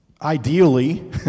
Ideally